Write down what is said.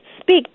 speak